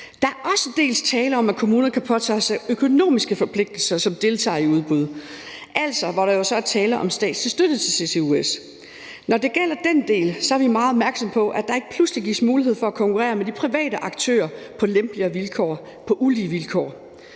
er der også tale om, at kommunerne kan påtage sig økonomiske forpligtelser som deltagere i udbud, altså hvor der jo så er tale om statslig støtte til CCUS. Når det gælder den del, er vi meget opmærksomme på, at der ikke pludselig gives mulighed for at konkurrere med de private aktører på lempeligere vilkår, altså på ulige vilkår.